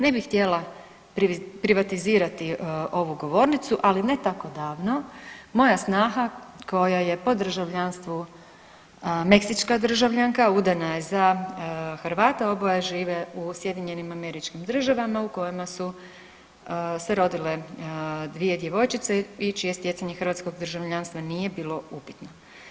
Ne bi htjela privatizirati ovu govornicu, ali ne tako davno moja snaha koja je po državljanstvu meksička državljanka udana je za Hrvata, oboje žive u SAD-u u kojima su se rodile dvije djevojčice i čije stjecanje hrvatskog državljanstva nije bilo upitno.